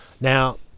Now